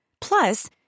Plus